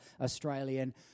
Australian